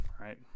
right